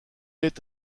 est